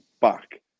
back